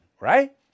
Right